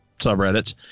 subreddits